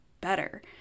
better